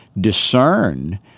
discern